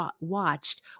watched